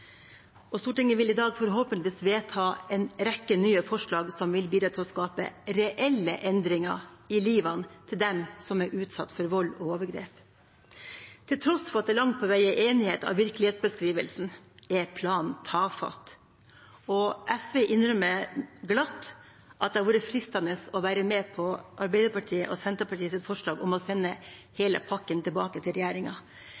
fra. Stortinget vil i dag forhåpentligvis vedta en rekke nye forslag som vil bidra til å skape reelle endringer i livet til dem som er utsatt for vold og overgrep. Til tross for at det langt på vei er enighet om virkelighetsbeskrivelsen, er planen tafatt. SV innrømmer glatt at det hadde vært fristende å være med på Arbeiderpartiet og Senterpartiets forslag om å sende